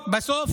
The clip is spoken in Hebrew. בסוף